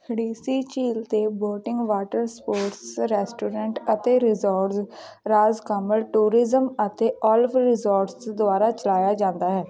ਖਡੀਸੀ ਝੀਲ 'ਤੇ boating water sports restaurant ਅਤੇ ਰਿਜ਼ੌਰਟਸ ਰਾਜਕਮਲ ਟੂਰਿਜ਼ਮ ਅਤੇ ਓਲਿਵ ਰਿਜ਼ੌਰਟਸ ਦੁਆਰਾ ਚਲਾਇਆ ਜਾਂਦਾ ਹੈ